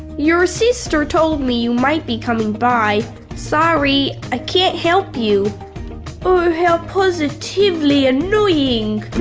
your sister told me you might be coming by sorry, i can't help you oh, how positively annoying!